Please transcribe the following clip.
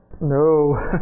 No